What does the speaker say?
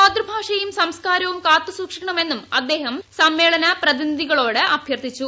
മാതൃഭാഷയും സംസ്കാരവും കാത്തുസൂക്ഷിക്കണമെന്നും അദ്ദേഹം സമ്മേളന പ്രതിനിധികളോട് അഭ്യർത്ഥിച്ചു